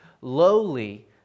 lowly